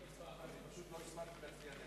לא הספקתי להצביע נגד.